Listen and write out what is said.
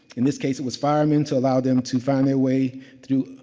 in this case, it was firemen, to allow them to find their way through,